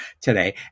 today